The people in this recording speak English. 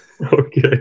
Okay